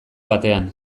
batean